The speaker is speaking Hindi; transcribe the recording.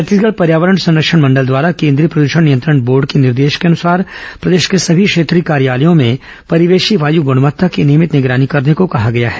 छत्तीसगढ़ पर्यावरण संरक्षण मंडल द्वारा केंद्रीय प्रदूषण नियंत्रण बोर्ड के निर्देश के अनुसार प्रदेश के सभी क्षेत्रीय कार्यालयों में परिवेशी वाय गृणवत्ता की नियमित निंगरानी करने को कहा गया है